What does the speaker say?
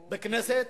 בכנסת,